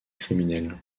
criminel